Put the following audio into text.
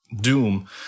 Doom